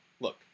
Look